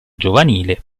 giovanile